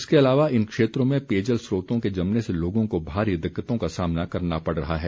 इसके अलावा इन क्षेत्रों में पेयजल स्रोतों के जमने से लोगों को भारी दिक्कतों का सामना करना पड़ रहा है